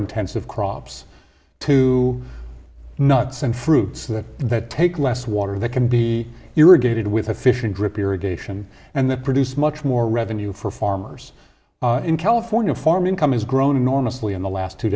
intensive crops to nuts and fruits that take less water that can be irrigated with a fishing drip irrigation and that produce much more revenue for farmers in california farm income has grown enormously in the last two